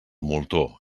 moltó